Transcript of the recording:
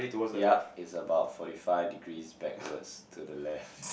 yup it's about forty five degrees backwards to the left